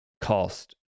cost